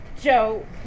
Joe